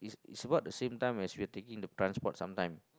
is about the same time as you taking the transport sometime